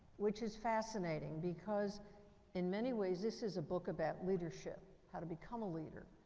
which is fascinating because in many ways, this is a book about leadership, how to become a leader,